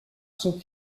son